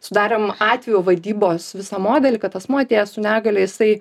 sudarėm atvejo vadybos visą modelį kad asmuo atėjęs su negalia jisai